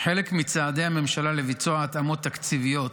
כחלק מצעדי הממשלה לביצוע התאמות תקציביות